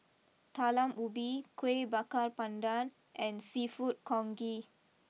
Talam Ubi Kuih Bakar Pandan and Seafood Congee